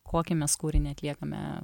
kokį mes kūrinį atliekame